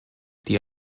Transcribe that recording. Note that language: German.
die